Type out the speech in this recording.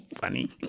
funny